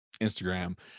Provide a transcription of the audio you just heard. Instagram